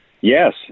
Yes